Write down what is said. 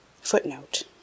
Footnote